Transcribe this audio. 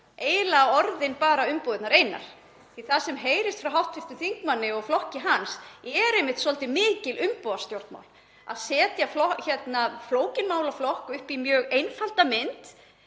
bara orðin umbúðirnar einar. Það sem heyrist frá hv. þingmanni og flokki hans er einmitt svolítið mikil umbúðastjórnmál, að setja flókinn málaflokk upp í mjög einfalda mynd